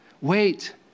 wait